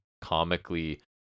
comically